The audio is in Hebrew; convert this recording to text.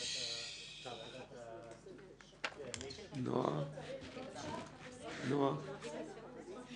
לפתוח את ישיבת ועדת החוקה, חוק ומשפט.